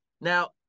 Now